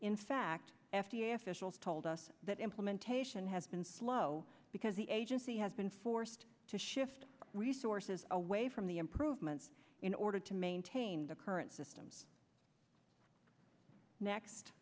in fact f d a officials told us that implementation has been slow because the agency has been forced to shift resources away from the improvements in order to maintain the current systems next